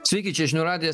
sveiki čia žinių radijas